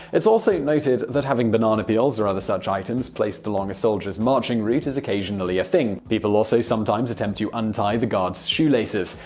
it's also noted that having banana peels or other such items placed along a soldier's marching route is occasionally a thing. people also sometimes attempt to untie the guard's shoelaces.